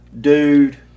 dude